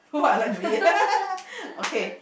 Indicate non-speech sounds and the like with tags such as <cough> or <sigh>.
<laughs>